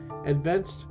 Advanced